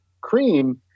cream